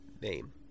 name